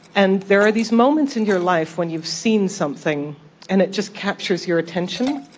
and there are these moments in your life when you've seen something and it just captures your attention,